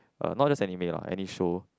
uh not just anime lah any show